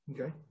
Okay